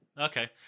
Okay